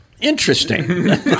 Interesting